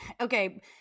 Okay